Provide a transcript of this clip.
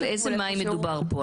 על איזה מים מדובר פה?